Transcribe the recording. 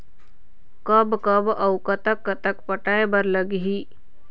कब कब अऊ कतक कतक पटाए बर लगही